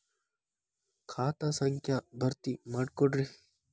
ಖಾತಾ ಸಂಖ್ಯಾ ಭರ್ತಿ ಮಾಡಿಕೊಡ್ರಿ